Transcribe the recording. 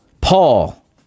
Paul